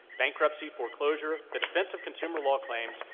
bankruptcy foreclosure, the defense of consumer law claims,